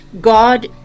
God